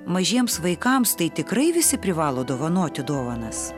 mažiems vaikams tai tikrai visi privalo dovanoti dovanas